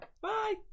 bye